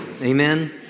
Amen